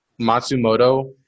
Matsumoto